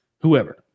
whoever